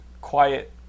quiet